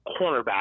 cornerback